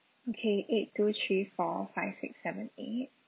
okay eight two three four five six seven eight